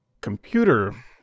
computer